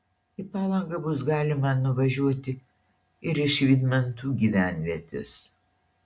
į palangą bus galima nuvažiuoti ir iš vydmantų gyvenvietės